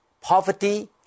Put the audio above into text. poverty